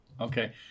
Okay